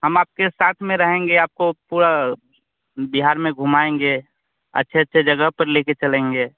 हम आपके साथ में रहेंगे आपको पूरा बिहार में घुमाएँगे अच्छे अच्छे जगह पर लेकर चलेंगे